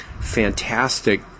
fantastic